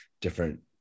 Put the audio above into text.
different